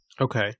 Okay